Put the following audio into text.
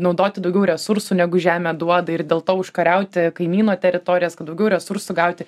naudoti daugiau resursų negu žemė duoda ir dėl to užkariauti kaimyno teritorijas kad daugiau resursų gauti